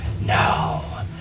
Now